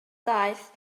ddaeth